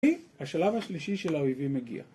והשלב השלישי של האויבים מגיע.